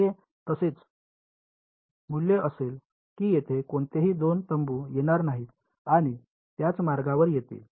हे असेच मूल्य असेल की तेथे कोणतेही दोन तंबू येणार नाहीत आणि त्याच मार्गावर येतील